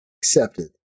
accepted